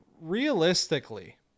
Realistically